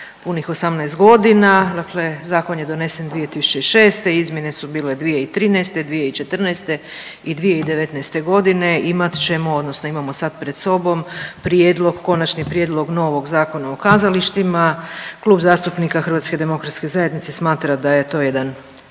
punih 18.g., dakle zakon je donesen 2006., izmjene su bile 2013., 2014. i 2019.g., imat ćemo odnosno imamo sad pred sobom prijedlog, Konačni prijedlog novog Zakona o kazalištima. Klub zastupnika HDZ-a smatra da je to jedan,